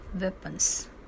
weapons